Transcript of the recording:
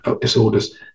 disorders